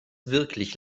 wirklich